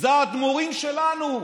זה האדמו"רים שלנו,